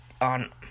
on